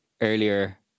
earlier